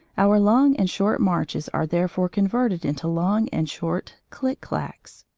our long and short marches are therefore converted into long and short click-clacks.